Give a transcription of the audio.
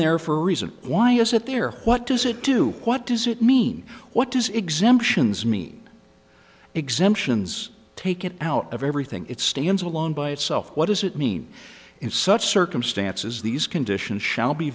there for a reason why is it there what does it do what does it mean what does exemptions mean exemptions take it out of everything it stands alone by itself what does it mean in such circumstances these conditions shall be